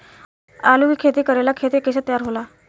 आलू के खेती करेला खेत के कैसे तैयारी होला?